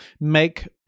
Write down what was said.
make